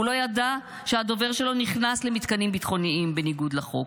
הוא לא ידע שהדובר שלו נכנס למתקנים ביטחוניים בניגוד לחוק,